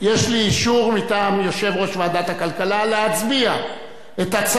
יש לי אישור מטעם יושב-ראש ועדת הכלכלה להצביע את הצעת